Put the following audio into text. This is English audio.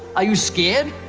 are you scared?